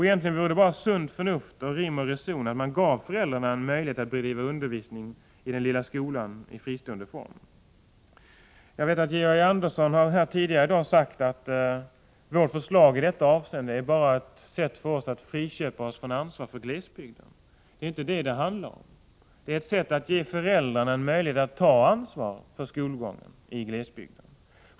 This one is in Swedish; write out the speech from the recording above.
Egentligen vore det bara sunt förnuft och rim och reson att man gav föräldrarna en möjlighet att bedriva undervisning i den lilla skolan i fristående form. Georg Andersson har tidigare i dag sagt att vårt förslag i detta avseende bara är ett sätt för oss att friköpa oss från ansvar för glesbygden. Det är inte detta det handlar om. Nej, det är ett sätt att ge föräldrarna möjligheter att ta ansvar för skolgången i glesbygden.